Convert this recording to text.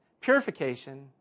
purification